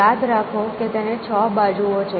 યાદ રાખો કે તેને છ બાજુઓ છે